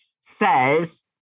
says